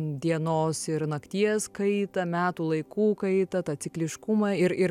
dienos ir nakties kaitą metų laikų kaitą tą cikliškumą ir ir